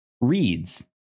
reads